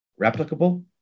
replicable